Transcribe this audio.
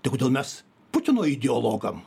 tai kodėl mes putino ideologam